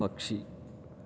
പക്ഷി